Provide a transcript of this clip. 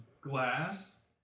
glass